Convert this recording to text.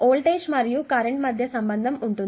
voltage మరియు current మధ్య ఈ సంబంధం ఉంటుంది